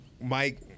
mike